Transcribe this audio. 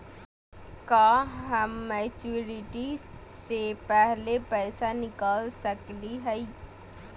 का हम मैच्योरिटी से पहले पैसा निकाल सकली हई?